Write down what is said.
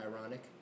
ironic